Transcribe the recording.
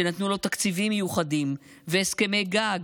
שנתנו לו תקציבים מיוחדים, והסכמי גג,